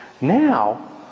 Now